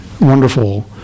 wonderful